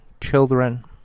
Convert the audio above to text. children